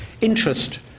interest